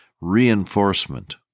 reinforcement